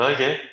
Okay